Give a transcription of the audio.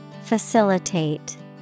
Facilitate